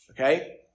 Okay